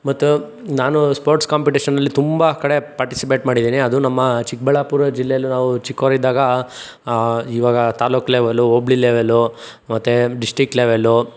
ಮತ್ತು ನಾನು ಸ್ಪೋರ್ಟ್ಸ್ ಕಾಂಪಿಟೇಷನಲ್ಲಿ ತುಂಬ ಕಡೆ ಪಾರ್ಟಿಸಿಪೇಟ್ ಮಾಡಿದೀನಿ ಅದು ನಮ್ಮ ಚಿಕ್ಕಬಳ್ಳಾಪುರ ಜಿಲ್ಲೆಯಲ್ಲೂ ನಾವು ಚಿಕ್ಕೋನಿದ್ದಾಗ ಇವಾಗ ತಾಲೂಕು ಲೆವೆಲು ಹೋಬ್ಳಿ ಲೆವೆಲು ಮತ್ತು ಡಿಸ್ಟ್ರಿಕ್ ಲೆವೆಲು